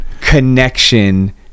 connection